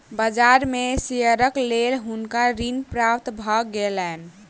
बाजार में शेयरक लेल हुनका ऋण प्राप्त भ गेलैन